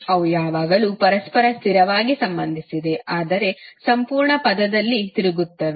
ಅವು ಯಾವಾಗಲೂ ಪರಸ್ಪರ ಸ್ಥಿರವಾಗಿ ಸಂಬಂಧಿಸಿದೆ ಆದರೆ ಸಂಪೂರ್ಣ ಪದದಲ್ಲಿ ತಿರುಗುತ್ತವೆ